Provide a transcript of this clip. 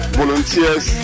volunteers